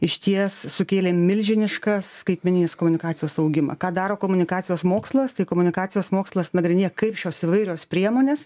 išties sukėlė milžinišką skaitmeninės komunikacijos augimą ką daro komunikacijos mokslas tai komunikacijos mokslas nagrinėja kaip šios įvairios priemonės